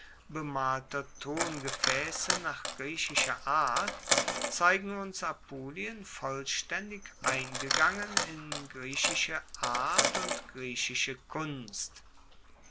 bemalter tongefaesse nach griechischer art zeigen uns apulien vollstaendig eingegangen in griechische art und griechische kunst